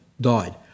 died